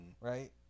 Right